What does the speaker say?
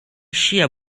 ŝia